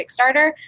Kickstarter